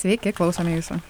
sveiki klausom jūsų